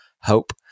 Hope